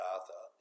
Arthur